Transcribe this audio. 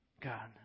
God